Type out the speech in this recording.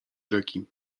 rzeki